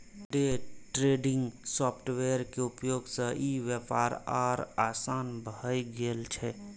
day trading software के उपयोग सं ई व्यापार आर आसान भए गेल छै